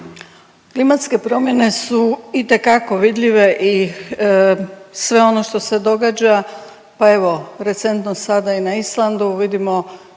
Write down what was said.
klimatske promjene su itekako vidljivo i sve ono što se događa, pa evo recentno sada i na Islandu vidimo